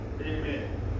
Amen